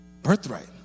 birthright